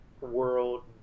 world